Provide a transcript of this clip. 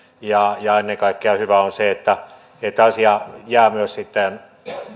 ennen kaikkea hyvää on se että että asia jää myös